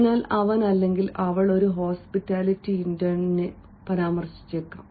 അതിനാൽ അവൻ അല്ലെങ്കിൽ അവൾ ഒരു ഹോസ്പിറ്റാലിറ്റി ഇന്റേണിനെ പരാമർശിച്ചേക്കാം